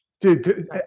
Dude